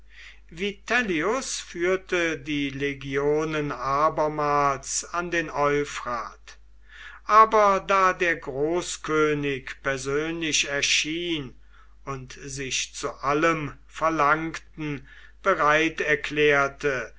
vitellius führte die legionen abermals an den euphrat aber da der großkönig persönlich erschien und sich zu allem verlangten bereit erklärte